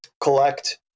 collect